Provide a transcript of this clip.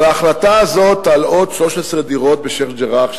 אבל ההחלטה הזו על עוד 13 דירות בשיח'-ג'ראח,